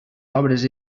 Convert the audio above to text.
obres